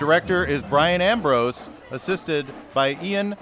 director is brian ambrose assisted by i